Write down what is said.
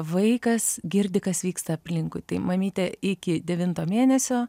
vaikas girdi kas vyksta aplinkui tai mamytė iki devinto mėnesio